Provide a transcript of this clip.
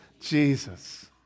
Jesus